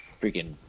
freaking